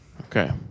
Okay